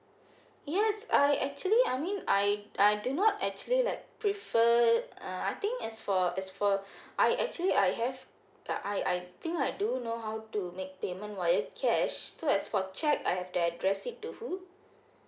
yes I actually I mean I I do not actually like prefer uh I think as for as for I actually I have uh I I think I do know how to make payment via cash so as for cheque I have to address it to who